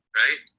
right